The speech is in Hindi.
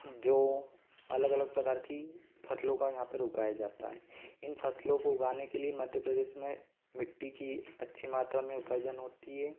जो अलग अलग प्रकार की फसलों का यहाँ पर उगाया जाता है इन फसलों को उगाने के लिए मध्य प्रदेश में मिट्टी की अच्छी मात्रा में उपार्जन होती है